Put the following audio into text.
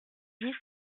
dix